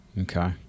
okay